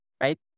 right